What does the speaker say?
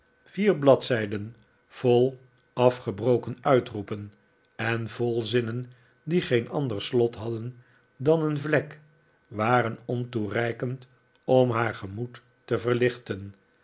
vier bladzijden vol afgebroken uitroepen en volzinnen die geen ander slot hadden dan een vlek waren ontoereikend om haar gemoed te verlichten